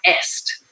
Est